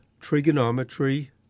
trigonometry